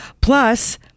plus